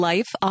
Life